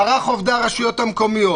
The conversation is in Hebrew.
מערך עובדי הרשויות המקומיות